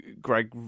greg